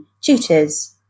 tutors